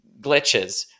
glitches